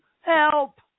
help